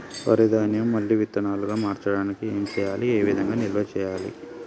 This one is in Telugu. వరి ధాన్యము మళ్ళీ విత్తనాలు గా మార్చడానికి ఏం చేయాలి ఏ విధంగా నిల్వ చేయాలి?